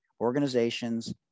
organizations